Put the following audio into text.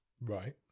right